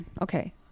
okay